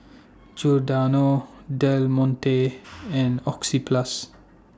Giordano Del Monte and Oxyplus